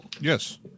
Yes